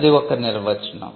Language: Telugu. అది ఒక నిర్వచనం